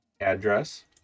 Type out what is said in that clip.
address